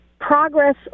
progress